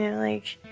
yeah like,